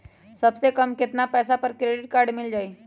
सबसे कम कतना पैसा पर क्रेडिट काड मिल जाई?